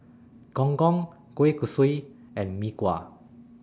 Gong Gong Kueh Kosui and Mee Kuah